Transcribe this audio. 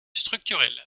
structurels